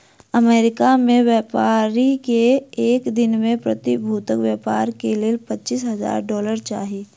America में व्यापारी के एक दिन में प्रतिभूतिक व्यापार के लेल पचीस हजार डॉलर चाही